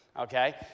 Okay